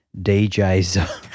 DJs